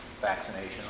vaccination